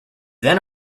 then